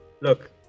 look